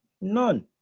None